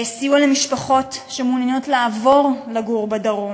סיוע למשפחות שמעוניינות לעבור לגור בדרום,